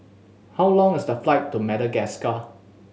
how long is the flight to Madagascar